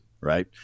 right